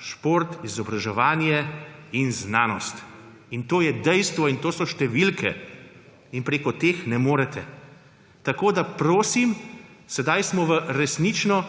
šport, izobraževanje in znanost. In to je dejstvo in to so številke in preko teh ne morete. Prosim, sedaj smo v resnično